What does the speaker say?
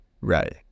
Right